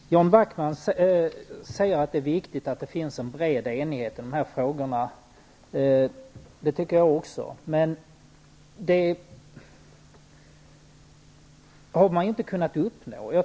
Herr talman! Jan Backman säger att det är viktigt med en bred enighet i dessa frågor. Det tycker jag också. Men det har inte gått att uppnå.